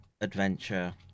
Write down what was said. adventure